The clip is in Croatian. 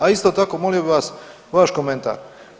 A isto tako, molio bih vas vaš komentar.